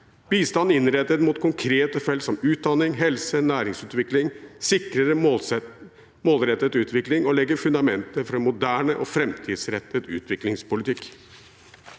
Bistand innrettet mot konkrete felt som utdanning, helse og næringsutvikling sikrer en målrettet utvikling og legger fundamentet for en moderne og framtidsrettet utviklingspolitikk.